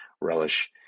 relish